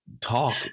talk